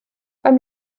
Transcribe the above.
beim